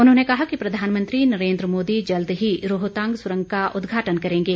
उन्होंने कहा कि प्रधानमंत्री नरेन्द्र मोदी जल्द ही रोहतांग सुरंग का उदघाटन करेंगे